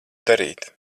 darīt